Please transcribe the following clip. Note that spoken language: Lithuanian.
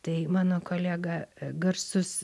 tai mano kolega garsus